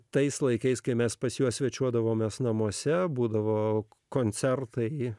tais laikais kai mes pas juos svečiuodavomės namuose būdavo koncertai